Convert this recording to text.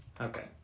Okay